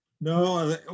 No